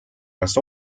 kas